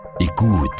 Écoute